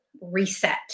reset